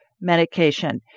medication